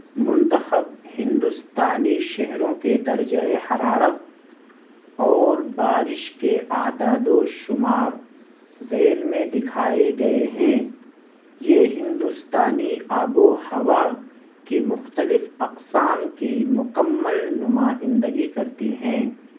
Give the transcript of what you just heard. منتخب ہندوستانی شہروں کے درجۂ حرارت اور بارش کے اعداد و شمار ذیل میں دکھائے گئے ہیں یہ ہندوستانی آب و ہوا کی مختلف اقسام کی مکمل نمائندگی کرتی ہیں